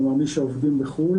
מי שעובדים בחו"ל